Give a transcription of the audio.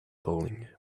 bowling